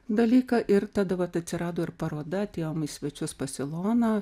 dalyką ir tada vat atsirado ir paroda atėjom į svečius pas iloną